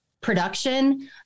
production